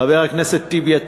חבר הכנסת טיבי,